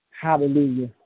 Hallelujah